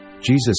Jesus